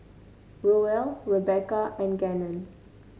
Roel Rebecca and Gannon